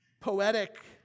poetic